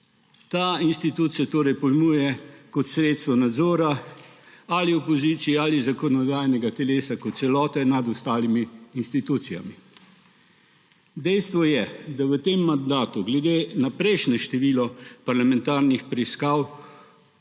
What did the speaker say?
Ta institucijo torej pojmuje kot sredstvo nadzora ali opozicije ali zakonodajnega telesa kot celote nad ostalimi institucijami. Dejstvo je, da je v tem mandatu, glede na prejšnje število parlamentarnih preiskav,